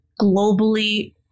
globally